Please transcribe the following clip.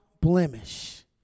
blemish